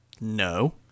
No